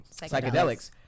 psychedelics